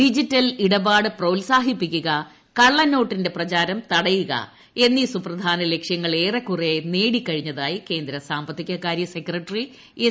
digital ഇടപാട് പ്രോൽസാഹിപ്പിക്കുക കള്ള നോട്ടിന്റെ പ്രചാരം തടയുക എന്നീ സുപ്രധാന ലക്ഷ്യങ്ങൾ ഏറെക്കുറെ നേടിക്കഴിഞ്ഞതായി കേന്ദ്ര സാമ്പത്തിക കാര്യ സെക്രട്ടറി എസ്